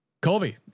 Colby